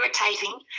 irritating